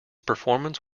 performance